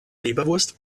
leberwurst